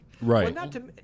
Right